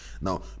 now